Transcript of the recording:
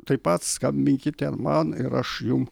taip pat skambinkite man ir aš jum